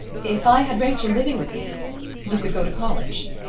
if i had rachel living with me you could go to college.